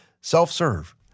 self-serve